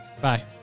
bye